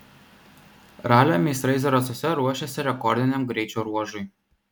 ralio meistrai zarasuose ruošiasi rekordiniam greičio ruožui